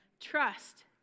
Trust